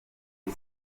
iyi